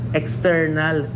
external